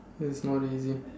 it's not easy